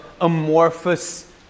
amorphous